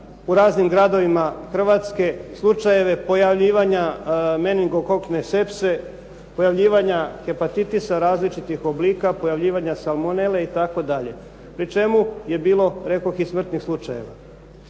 u raznim gradovima Hrvatske slučajeve pojavljivanja meningokokne sepse, pojavljivanja hepatitisa različitih oblika, pojavljivanja salmonele itd. pri čemu je bilo rekoh i smrtnih slučajeva.